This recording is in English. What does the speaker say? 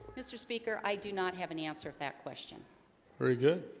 mr. speaker, i do not have an answer of that question very good